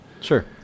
Sure